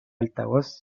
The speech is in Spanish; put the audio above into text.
altavoz